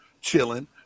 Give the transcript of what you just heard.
chilling